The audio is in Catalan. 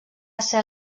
ser